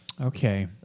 Okay